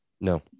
No